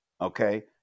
Okay